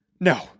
No